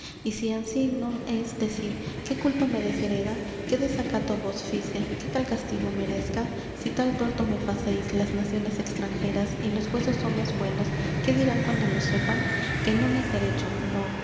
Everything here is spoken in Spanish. y si ansí non es decid qué culpa me deshereda qué desacato vos fice que tal castigo merezca si tal tuerto me facéis las naciones extranjeras y los vuesos homes buenos qué dirán cuando lo sepan que non es derecho non